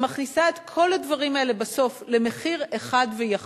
שמכניסה את כל הדברים האלה בסוף למחיר אחד ויחיד,